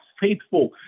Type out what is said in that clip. Faithful